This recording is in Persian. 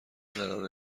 قراره